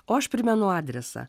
o aš primenu adresą